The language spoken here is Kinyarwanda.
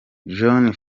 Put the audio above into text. jon